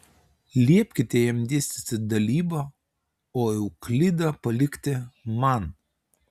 liepkite jam dėstyti dalybą o euklidą palikti man